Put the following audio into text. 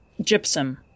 Gypsum